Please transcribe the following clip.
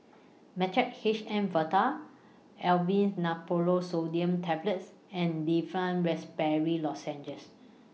Mixtard H M valtal Aleve Naproxen Sodium Tablets and Difflam Raspberry Lozenges